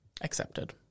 Accepted